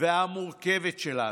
והמורכבת שלנו,